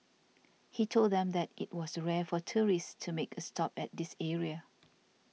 he told them that it was rare for tourists to make a stop at this area